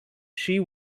she